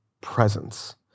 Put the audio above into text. presence